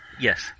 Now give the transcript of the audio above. Yes